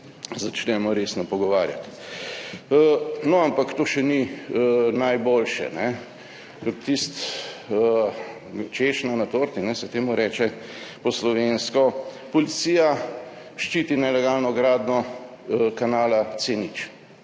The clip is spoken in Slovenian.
začnemo resno pogovarjati. No ampak to še ni najboljše. Češnja na torti se temu reče po slovensko – policija ščiti nelegalno gradnjo kanala C0.